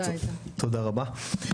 תודה, אדוני היושב-ראש.